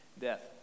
death